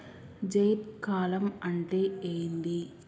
జైద్ కాలం అంటే ఏంది?